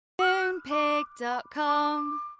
Moonpig.com